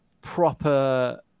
proper